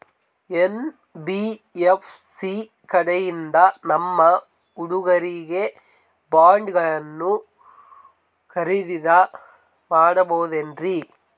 NBFC ಕಡೆಯಿಂದ ನಮ್ಮ ಹುಡುಗರಿಗೆ ಬಾಂಡ್ ಗಳನ್ನು ಖರೀದಿದ ಮಾಡಬಹುದೇನ್ರಿ?